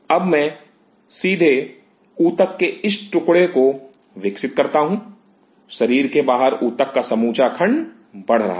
अब मैं सीधे ऊतक के इस टुकड़े को विकसित करता हूं शरीर के बाहर ऊतक का समूचा खंड बढ़ रहा है